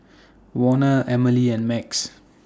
Warner Emily and Max